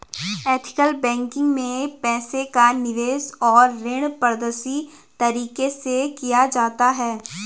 ethical banking में पैसे का निवेश और ऋण पारदर्शी तरीके से किया जाता है